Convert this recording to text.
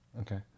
Okay